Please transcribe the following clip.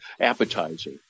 appetizer